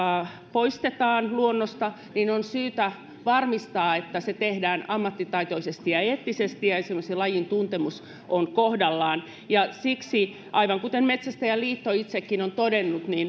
poistetaan luonnosta on syytä varmistaa että se tehdään ammattitaitoisesti ja eettisesti ja että esimerkiksi lajintuntemus on kohdallaan ja siksi aivan kuten metsästäjäliitto itsekin on todennut